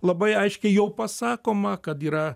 labai aiškiai jau pasakoma kad yra